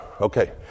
okay